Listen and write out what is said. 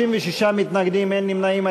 36 מתנגדים, אין נמנעים.